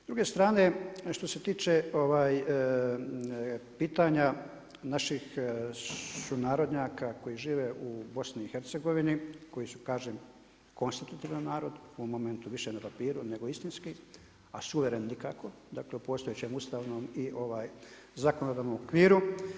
S druge strane što se tiče pitanja naših sunarodnjaka koji žive u BIH, koji su kažem konstitutivan narod, u ovom momentu više na papiru nego istinski, a suvremeno nikako, dakle u postojećem ustavnom i zakonodavnom okviru.